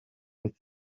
with